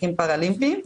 משחקים פאראלימפיים,